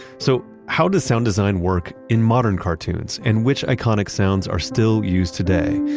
so how does sound design work in modern cartoons and which iconic sounds are still used today?